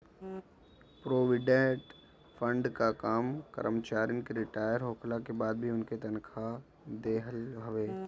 provident fund कअ काम करमचारिन के रिटायर होखला के बाद भी उनके तनखा देहल हवे